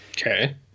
Okay